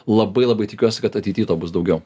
labai labai tikiuosi kad ateity to bus daugiau